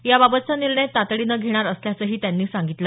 याबाबतचा निर्णय तातडीनं घेणार असल्याचंही त्यांनी सांगितलं